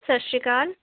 ਸਤਿ ਸ਼੍ਰੀ ਅਕਾਲ